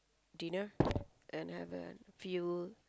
dinner and have a few